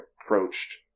approached